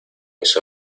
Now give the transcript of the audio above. mis